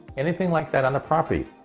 anything like that on the property.